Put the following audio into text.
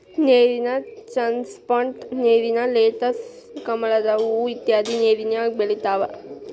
ನೇರಿನ ಚಸ್ನಟ್, ನೇರಿನ ಲೆಟಸ್, ಕಮಲದ ಹೂ ಇತ್ಯಾದಿ ನೇರಿನ್ಯಾಗ ಬೆಳಿತಾವ